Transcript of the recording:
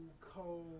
cold